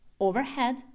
overhead